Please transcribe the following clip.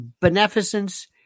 beneficence